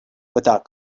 without